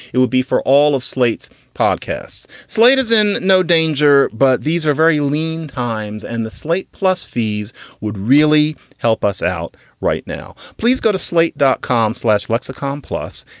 it would be for all of slate's podcasts. slate is in no danger, but these are very lean times and the slate plus fees would really help us out right now. please go to slate dot com slash lexicon plus.